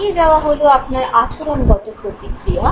পালিয়ে যাওয়া হলো আপনার আচরণগত প্রতিক্রিয়া